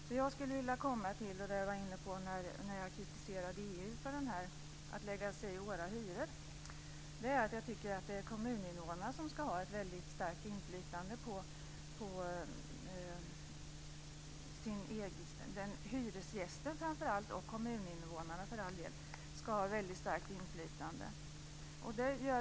Det jag vill komma fram till, bl.a. att jag kritiserar EU för att lägga sig i våra hyror, är att jag tycker att hyresgästen och, för all del, kommuninvånarna ska ha ett starkt inflytande.